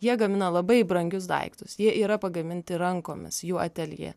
jie gamina labai brangius daiktus jie yra pagaminti rankomis jų ateljė